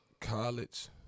college